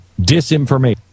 disinformation